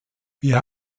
wir